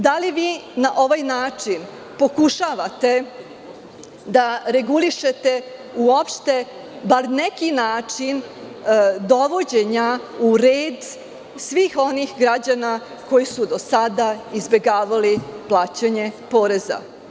Da li vi na ovaj način pokušavate da regulišete uopšte bar na neki način dovođenje u red svih onih građana koji su do sada izbegavali plaćanje poreza?